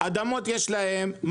אדמות יש להם,